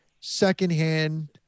secondhand